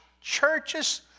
churches